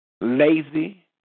Lazy